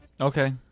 Okay